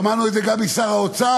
שמענו את זה גם משר האוצר,